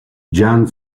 yang